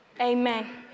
Amen